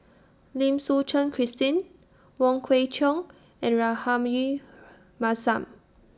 Lim Suchen Christine Wong Kwei Cheong and Rahayu Mahzam